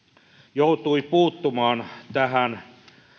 joutui puuttumaan tähän